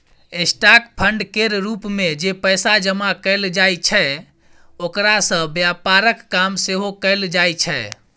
stock fund केर रूप मे जे पैसा जमा कएल जाइ छै ओकरा सँ व्यापारक काम सेहो कएल जाइ छै